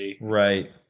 Right